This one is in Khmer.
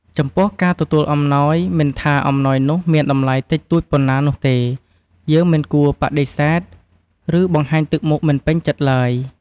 ចំពោះការទទួលអំណោយ មិនថាអំណោយនោះមានតម្លៃតិចតួចប៉ុណ្ណានោះទេ យើងមិនគួរបដិសេធ ឬបង្ហាញទឹកមុខមិនពេញចិត្តឡើយ។